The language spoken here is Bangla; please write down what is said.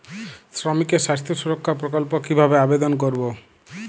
শ্রমিকের স্বাস্থ্য সুরক্ষা প্রকল্প কিভাবে আবেদন করবো?